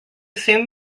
soon